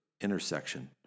intersection